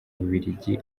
bubiligi